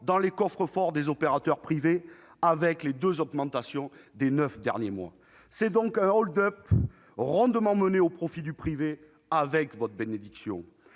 dans les coffres-forts des opérateurs privés avec les deux augmentations des neuf derniers mois. C'est donc un hold-up rondement mené au profit du privé, avec votre bénédiction.